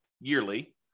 yearly